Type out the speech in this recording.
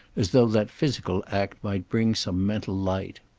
as though that physical act might bring some mental light.